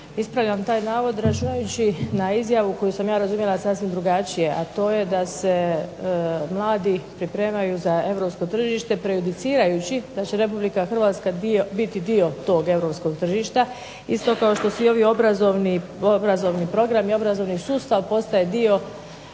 Ispravljam taj navod, računajući na izjavu koju sam ja razumjela sasvim drugačije, a to je da se mladi pripremaju za europsko tržište, prejudicirajući da će Republika Hrvatska biti dio tog europskog tržišta, isto kao što svi ovi obrazovni programi, obrazovni sustav postaje dio